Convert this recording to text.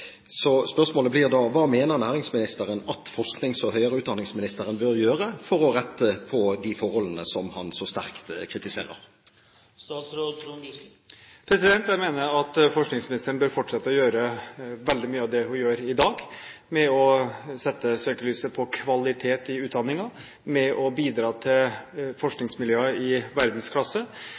Så spørsmålet blir da: Hva mener næringsministeren at forsknings- og høyere utdanningsministeren bør gjøre for å rette på de forholdene som han så sterkt kritiserer? Jeg mener at forskningsministeren bør gjøre veldig mye av det hun gjør i dag med å sette søkelyset på kvalitet i utdanningen, med å bidra til forskningsmiljøer i verdensklasse